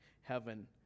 heaven